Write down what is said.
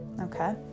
okay